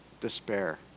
despair